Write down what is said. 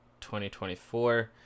2024